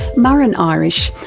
muireann irish,